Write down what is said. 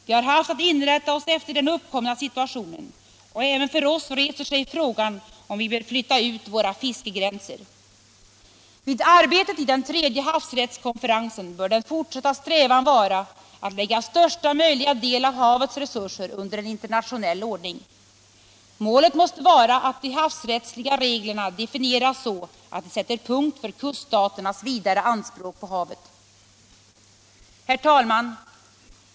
Vi har haft att inrätta oss efter den uppkomna situationen och även för oss reser sig frågan om vi bör flytta ut våra fiskegränser. Vid arbetet i den tredje havsrättskonferensen bör den fortsatta strävan vara att lägga största möjliga del av havets resurser under en internationell ordning. Målet måste vara att de havsrättsliga reglerna definieras så att de sätter punkt för kuststaternas vidare anspråk på havet. Herr talman!